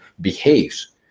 behaves